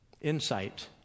insight